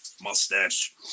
mustache